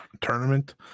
tournament